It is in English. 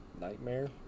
Nightmare